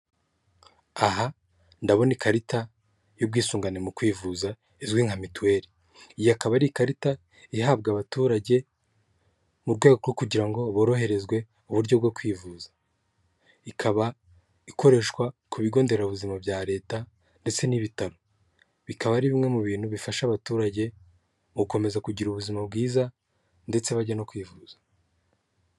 Aha ndabona ikarita y'ubwisungane mu kwivuza izwi nka mituweri, iyi akaba ari ikarita ihabwa abaturage mu rwego rwo kugira ngo boroherezwe uburyo bwo kwivuza, ikaba ikoreshwa ku bigo nderabuzima bya leta ndetse n'ibitaro, bikaba ari bimwe mu bintu bifasha abaturage gukomeza kugira ubuzima bwiza ndetse bajya no kwivuza.